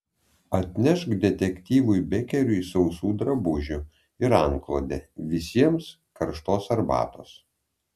atnešk detektyvui bekeriui sausų drabužių ir antklodę visiems karštos arbatos